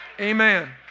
Amen